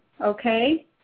Okay